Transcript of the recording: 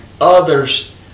others